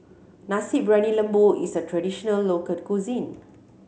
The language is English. Nasi Briyani Lembu is a traditional local cuisine